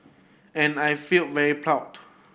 and I felt very proud